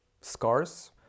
scars